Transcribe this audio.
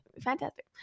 Fantastic